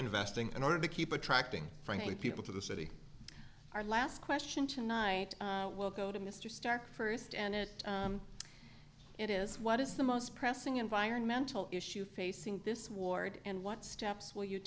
investing in order to keep attracting frankly people to the city our last question tonight we'll go to mr stark first and it it is what is the most pressing environmental issue facing this ward and what steps will you